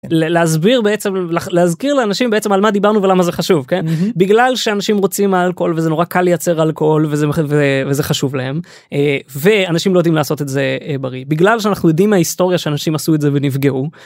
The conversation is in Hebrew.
להסביר בעצם להזכיר לאנשים בעצם על מה דיברנו ולמה זה חשוב בגלל שאנשים רוצים אלכוהול זה נורא קל לייצר אלכוהול וזה חשוב להם, ואנשים לא יודעים לעשות את זה בריא בגלל שאנחנו יודעים מההיסטוריה שאנשים עשו את זה ונפגעו.